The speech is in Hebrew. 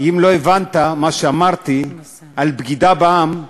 אם לא הבנת מה שאמרתי על בגידה בעם,